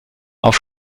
auf